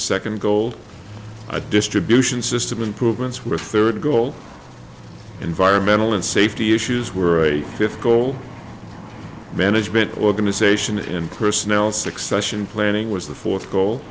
second gold a distribution system improvements were third goal environmental and safety issues were a fifth goal management organization in personnel succession planning was the fourth goal